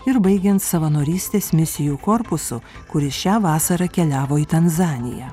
ir baigiant savanorystės misijų korpusu kuri šią vasarą keliavo į tanzaniją